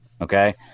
Okay